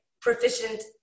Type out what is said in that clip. proficient